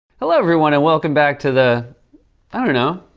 hello, everyone, and welcome back to the i don't know,